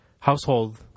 Household